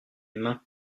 mains